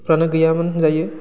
गैयामोन होनजायो